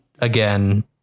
again